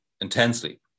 intensely